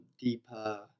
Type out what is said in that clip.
deeper